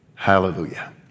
hallelujah